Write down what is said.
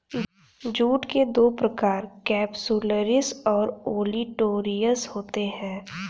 jute के दो प्रकार केपसुलरिस और ओलिटोरियस होते हैं